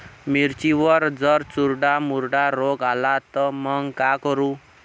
मिर्चीवर जर चुर्डा मुर्डा रोग आला त मंग का करू?